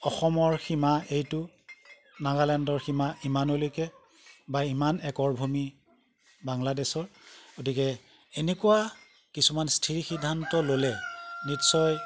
অসমৰ সীমা এইটো নাগালেণ্ডৰ সীমা ইমানলৈকে বা ইমান একৰ ভূমি বাংলাদেশৰ গতিকে এনেকুৱা কিছুমান স্থিৰ সিদ্ধান্ত ল'লে নিশ্চয়